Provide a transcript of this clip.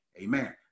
amen